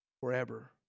forever